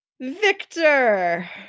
Victor